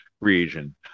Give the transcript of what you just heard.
region